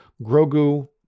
Grogu